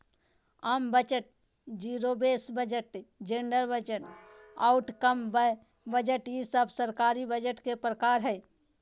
आम budget, zero base budget, gender budget, outcome budget ई सब सरकारी बजट के प्रकार हय